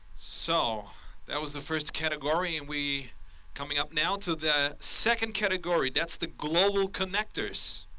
so that was the first category, and we coming up now to the second category. that's the global connectors.